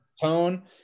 tone